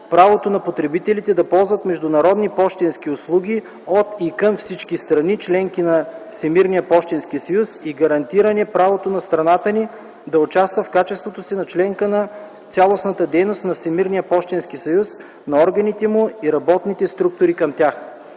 правото на потребителите да ползват международни пощенски услуги от и към всички страни – членки на Всемирния пощенски съюз, и гарантиране правото на страната ни да участва в качеството си на член в цялостната дейност на Всемирния пощенски съюз, на органите му и работните структури към тях.